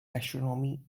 astronomy